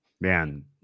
man